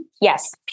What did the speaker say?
Yes